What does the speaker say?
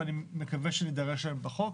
ואני מקווה שנידרש להם בחוק.